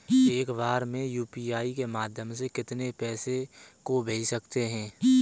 एक बार में यू.पी.आई के माध्यम से कितने पैसे को भेज सकते हैं?